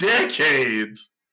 decades